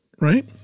right